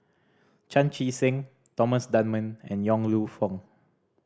Chan Chee Seng Thomas Dunman and Yong Lew Foong